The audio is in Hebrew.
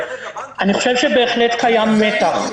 אני חושב שבהחלט קיים מתח,